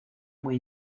muy